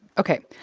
ok.